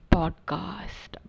podcast